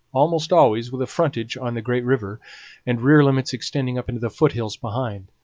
almost always with a frontage on the great river and rear limits extending up into the foothills behind.